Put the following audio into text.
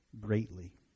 greatly